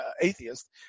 atheist